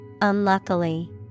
unluckily